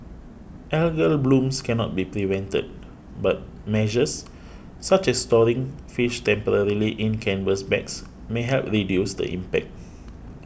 algal blooms cannot be prevented but measures such as storing fish temporarily in canvas bags may help reduce the impact